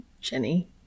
Jenny